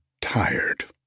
tired